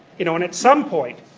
you know and at some point,